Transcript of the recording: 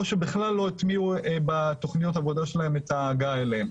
או שבכלל לא הטמיעו בתוכניות העבודה שלהם את ההגעה אליהם.